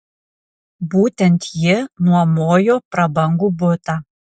būtent ji nuomojo prabangų butą